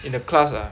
in the class ah